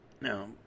Now